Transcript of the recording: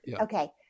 okay